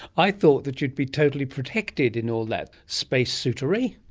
i thought that you'd be totally protected in all that space suitery.